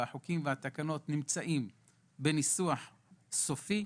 החוקים והתקנות נמצאים בניסוח סופי.